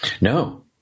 No